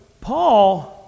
Paul